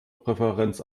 präferenz